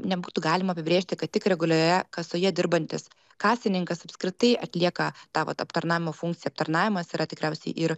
nebūtų galima apibrėžti kad tik regulioje kasoje dirbantis kasininkas apskritai atlieka tą vat aptarnavimo funkciją aptarnavimas yra tikriausiai ir